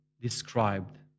described